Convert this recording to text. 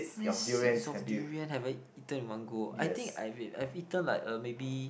how many seeds of durian have I eaten in one go ah I think I've I've eaten like uh maybe